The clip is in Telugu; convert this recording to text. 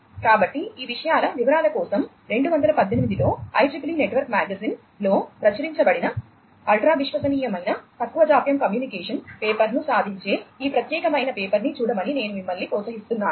కాబట్టి ఈ విషయాల వివరాల కోసం 2018 లో IEEE నెట్వర్క్ మ్యాగజైన్ లో ప్రచురించబడిన అల్ట్రా విశ్వసనీయమైన తక్కువ జాప్యం కమ్యూనికేషన్ పేపర్ను సాధించే ఈ ప్రత్యేకమైన పేపర్ని చూడమని నేను మిమ్మల్ని ప్రోత్సహిస్తున్నాను